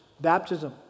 baptism